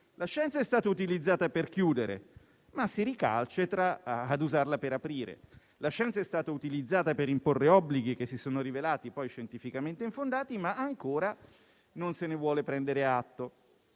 La scienza è stata utilizzata per chiudere, ma si recalcitra ad usarla per aprire; la scienza è stata utilizzata per imporre obblighi che si sono rivelati, poi, scientificamente infondati, ma ancora non se ne vuole prendere atto.